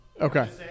Okay